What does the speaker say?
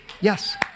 Yes